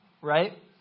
right